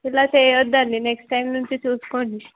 ఇలా చెయ్యద్దండి next time నుంచి చూసుకోండి